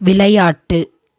விளையாட்டு